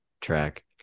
track